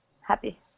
happy